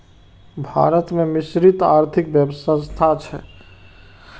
भारत मे मिश्रित आर्थिक व्यवस्था छै